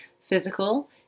Physical